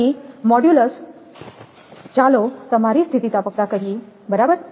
પછી મોડ્યુલસ ચાલો તમારી સ્થિતિસ્થાપકતા કહીએ બરાબર